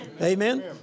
Amen